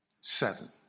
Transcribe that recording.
Seven